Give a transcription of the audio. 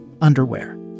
underwear